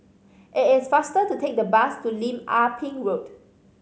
it is faster to take the bus to Lim Ah Pin Road